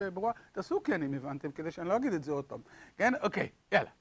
תעשו כן אם הבנתם, כדי שאני לא אגיד את זה עוד פעם, כן? אוקיי, יאללה.